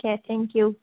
अके thank you